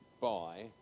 buy